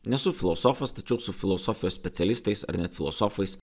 nesu filosofas tačiau su filosofais specialistais ar net filosofais